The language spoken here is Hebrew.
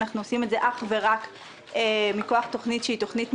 אנחנו עושים את זה אך ורק מכוח תוכנית מאושרת,